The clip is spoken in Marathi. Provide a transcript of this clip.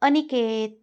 अनिकेत